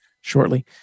shortly